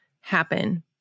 happen